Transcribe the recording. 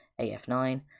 AF9